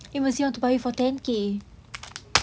amos want to buy you for ten K